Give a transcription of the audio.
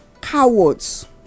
cowards